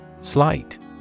Slight